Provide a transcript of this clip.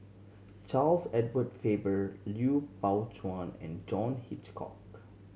Charles Edward Faber Lui Pao Chuen and John Hitchcock